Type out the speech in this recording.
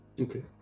Okay